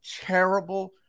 terrible